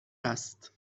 است